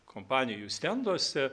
kompanijų stenduose